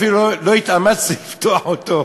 אפילו לא התאמצתי לפתוח אותו,